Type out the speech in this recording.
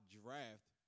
draft